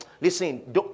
listen